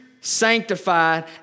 sanctified